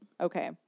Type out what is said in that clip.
Okay